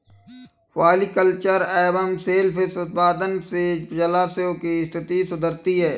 polyculture एवं सेल fish उत्पादन से जलाशयों की स्थिति सुधरती है